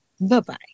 Bye-bye